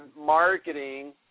marketing